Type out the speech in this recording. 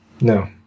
No